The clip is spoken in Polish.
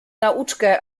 nauczkę